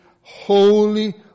Holy